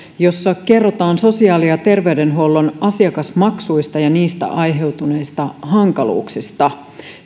missä kerrotaan sosiaali ja terveydenhuollon asiakasmaksuista ja niistä aiheutuneista hankaluuksista